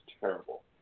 terrible